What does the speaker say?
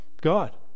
God